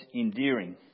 endearing